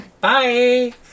bye